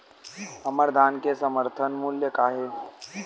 हमर धान के समर्थन मूल्य का हे?